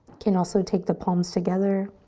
can also take the palms together,